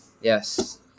Yes